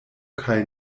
kaj